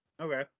okay